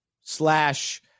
slash